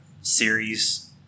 Series